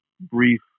brief